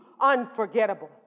unforgettable